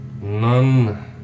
none